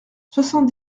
soixante